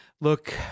look